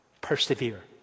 Persevere